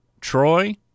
Troy